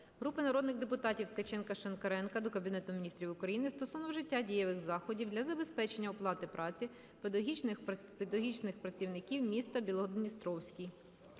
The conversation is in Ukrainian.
Групи народних депутатів (Ткаченка, Шинкаренка) до Кабінету Міністрів України стосовно вжиття дієвих заходів для забезпечення оплати праці педагогічних працівників міста Білгород-Дністровський.